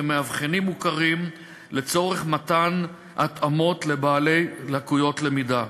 כמאבחנים מוכרים לצורך מתן התאמות לבעלי לקויות למידה.